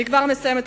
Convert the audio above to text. אני כבר מסיימת,